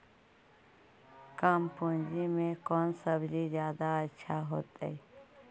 कम पूंजी में कौन सब्ज़ी जादा अच्छा होतई?